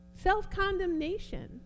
Self-condemnation